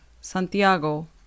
Santiago